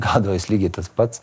gaudavos lygiai tas pats